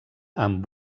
amb